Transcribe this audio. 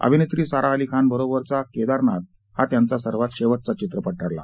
अभिनेत्री सारा अली खान बरोबर चा केदारनाथ हा त्यांचा सर्वात शेवटचा चित्रपट ठरला